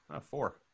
Four